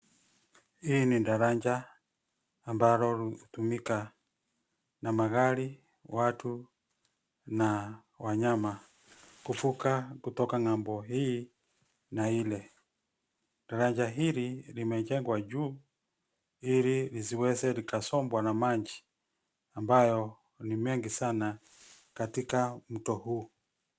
Hii ni daraja ambalo hutumika na magari, watu na wanyama kuvuka kutoka ng'ambo hii na ile. Daraja hili limejengwa juu ili lisiweze likasombwa na maji ambayo ni mengi sana katika mto huu.